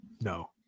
No